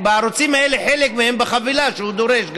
הערוצים האלה הם חלק מהם בחבילה שהוא דורש.